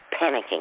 panicking